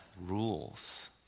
rules